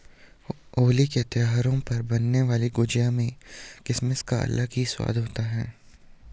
होली के त्यौहार पर बनने वाली गुजिया में किसमिस का अलग ही स्वाद होता है